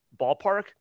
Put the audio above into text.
ballpark